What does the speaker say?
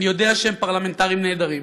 אני יודע שהם פרלמנטרים נהדרים,